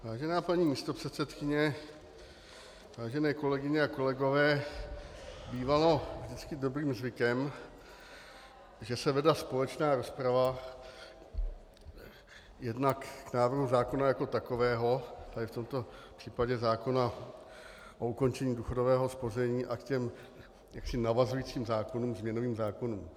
Vážená paní místopředsedkyně, vážené kolegyně a kolegové, bývalo vždycky dobrým zvykem, že se vedla společná rozprava jednak k návrhu zákona jako takového, v tomto případě zákona o ukončení důchodového spoření, a k těm navazujícím zákonům, změnovým zákonům.